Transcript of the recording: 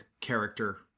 character